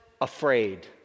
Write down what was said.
afraid